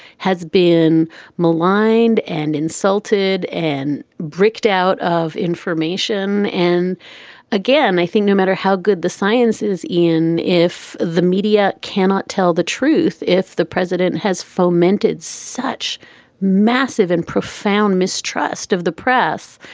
has been maligned and insulted and bricked out of information. and again, i think no matter how good the science is, even if the media cannot tell the truth, if the president has fomented such massive and profound mistrust of the press,